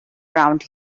around